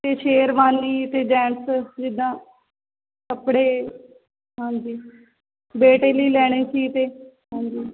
ਅਤੇ ਸ਼ੇਰਵਾਨੀ ਅਤੇ ਜੈਂਟਸ ਜਿੱਦਾਂ ਕੱਪੜੇ ਹਾਂਜੀ ਬੇਟੇ ਲਈ ਲੈਣੇ ਸੀ ਅਤੇ ਹਾਂਜੀ